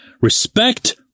Respect